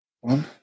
one